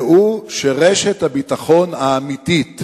והוא שרשת הביטחון האמיתית